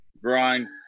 Brian